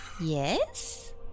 Yes